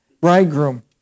Bridegroom